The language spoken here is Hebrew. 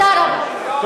תודה רבה.